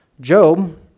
Job